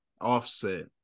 Offset